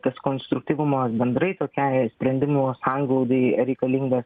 tas konstruktyvumas bendrai tokiai sprendimų sanglaudai reikalingas